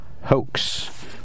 hoax